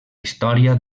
història